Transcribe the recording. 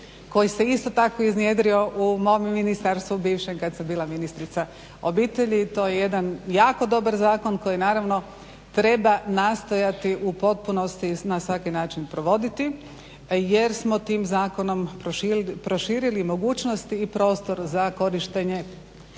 koji se isto tako iznjedrio u mom ministarstvu bivšem kad sam bila ministrica obitelji. To je jedan jako dobar zakon koji naravno treba nastojati u potpunosti na svaki način provoditi jer smo tim zakonom proširili mogućnosti i prostor za korištenje